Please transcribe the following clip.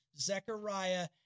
Zechariah